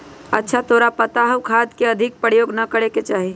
अच्छा तोरा पता हाउ खाद के अधिक प्रयोग ना करे के चाहि?